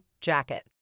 jacket